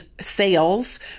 sales